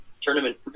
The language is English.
tournament